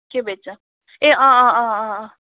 के भेट्छ ए अँ अँ अँ अँ अँ